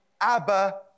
Abba